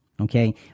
Okay